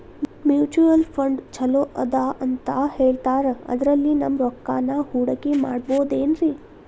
Mutual fund ಛಲೋ ಅದಾ ಅಂತಾ ಹೇಳ್ತಾರ ಅದ್ರಲ್ಲಿ ನಮ್ ರೊಕ್ಕನಾ ಹೂಡಕಿ ಮಾಡಬೋದೇನ್ರಿ?